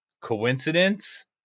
Coincidence